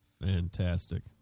Fantastic